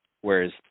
Whereas